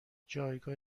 جایگاه